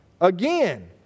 again